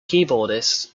keyboardist